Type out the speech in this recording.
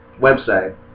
website